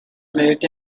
moved